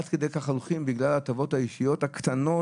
עד כדי כך הולכים בגלל ההטבות האישיות הקטנות,